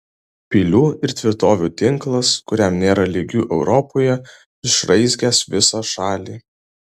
pilių ir tvirtovių tinklas kuriam nėra lygių europoje išraizgęs visą šalį